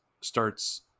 starts